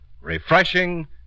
refreshing